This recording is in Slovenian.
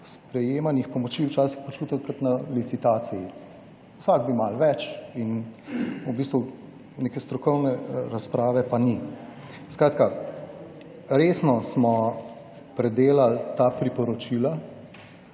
sprejemanjih pomoči včasih počutim kot na licitaciji; vsak bi malo več in v bistvu neke strokovne razprave pa ni. Skratka, resno smo predelali ta priporočila,